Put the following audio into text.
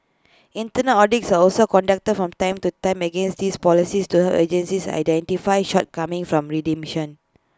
internal audits are also conducted from time to time against these policies to agencies identify shortcomings form remediation